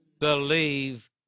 Believe